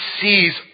sees